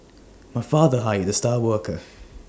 my father hired the star worker